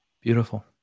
Beautiful